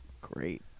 great